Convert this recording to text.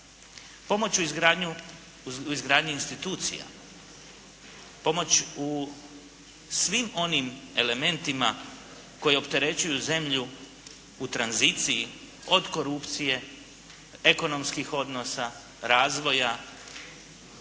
Pomoć u izgradnji institucija. Pomoć u svim onim elementima koji opterećuju zemlju u tranziciji od korupcije, ekonomskih odnosa, razvoja,